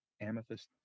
Amethyst